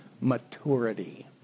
maturity